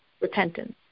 repentance